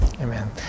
Amen